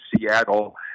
Seattle